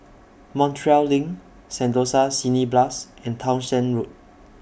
Montreal LINK Sentosa Cineblast and Townshend Road